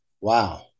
wow